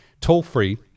toll-free